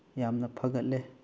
ꯌꯥꯝꯅ ꯐꯒꯠꯂꯦ